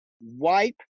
wipe